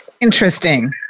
interesting